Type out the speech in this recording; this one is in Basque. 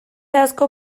asko